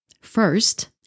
First